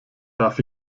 darf